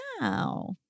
Wow